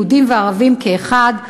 יהודים וערבים כאחד.